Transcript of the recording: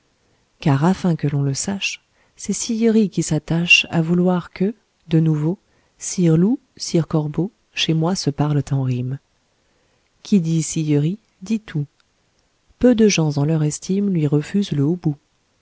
car afin que l'on le sache c'est sillery qui s'attache à vouloir que de nouveau sire loup sire corbeau chez moi se parlent en rime qui dit sillery dit tout peu de gens en leur estime lui refusent le haut bout